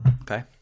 okay